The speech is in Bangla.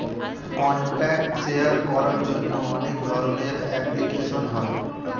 কন্ট্যাক্ট শেয়ার করার জন্য অনেক ধরনের অ্যাপ্লিকেশন হয়